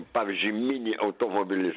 pavyzdžiui mini automobilis